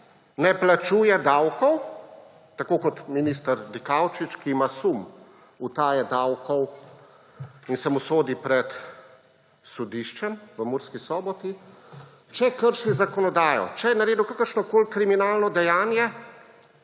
ne plačuje davkov – tako kot minister Dikaučič, ki ima sum utaje davkov in se mu sodi pred sodiščem v Murski Soboti –, če krši zakonodajo, če je naredil kakršnokoli kriminalno dejanje,